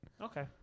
Okay